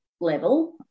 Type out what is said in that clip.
level